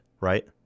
right